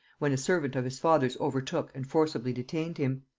when a servant of his father's overtook and forcibly detained him.